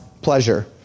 pleasure